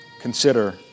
consider